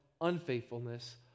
unfaithfulness